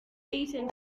beaten